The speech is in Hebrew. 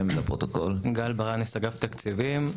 אני מאגף התקציבים.